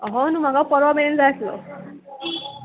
हय न्हू म्हाका परवा मेरेन जाय आसलो